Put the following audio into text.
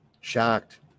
Shocked